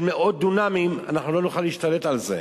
של מאות דונמים, אנחנו לא נוכל להשתלט על זה.